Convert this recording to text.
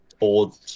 old